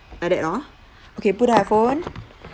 like that orh okay put out your phone